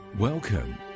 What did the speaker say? Welcome